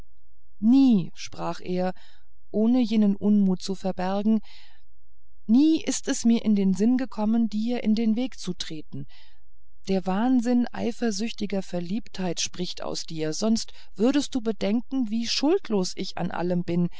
nie sprach er ohne jenen unmut zu bergen nie ist es mir in den sinn gekommen dir in den weg zu treten der wahnsinn eifersüchtiger verliebtheit spricht aus dir sonst würdest du bedenken wie schuldlos ich an allem bin